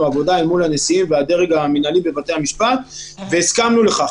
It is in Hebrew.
עבודה מול הנשיאים והדרג המינהלי בבתי המשפט והסכמנו לכך.